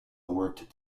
worked